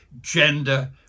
gender